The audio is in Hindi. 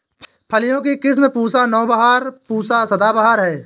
फलियों की किस्म पूसा नौबहार, पूसा सदाबहार है